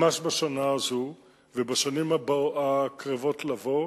ממש בשנה הזאת ובשנים הקרבות לבוא,